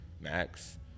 max